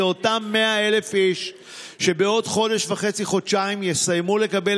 אותם 100,000 איש שבעוד חודש וחצי-חודשיים יסיימו לקבל